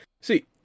see